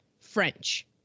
French